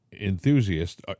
enthusiasts